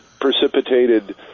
precipitated